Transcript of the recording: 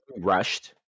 rushed